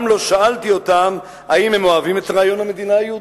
לא שאלתי אותם אם הם אוהבים את רעיון המדינה היהודית".